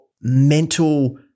mental